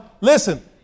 listen